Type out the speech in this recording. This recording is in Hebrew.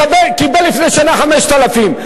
קיבל לפני שנה 5,000,